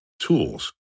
tools